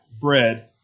bread